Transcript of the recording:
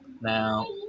Now